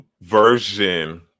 version